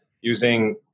using